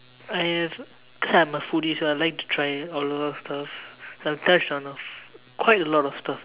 I have because I'm a foodie so I like to try a lot of stuff I've touched on quite a lot of stuff